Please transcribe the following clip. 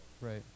right